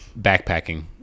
backpacking